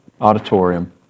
auditorium